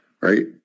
Right